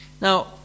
Now